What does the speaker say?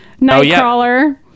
nightcrawler